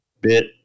bit